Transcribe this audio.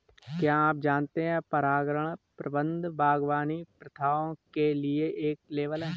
क्या आप जानते है परागण प्रबंधन बागवानी प्रथाओं के लिए एक लेबल है?